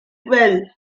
well